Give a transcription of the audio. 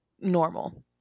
normal